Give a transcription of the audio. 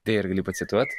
tai ar gali pacituot